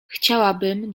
chciałabym